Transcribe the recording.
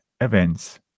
events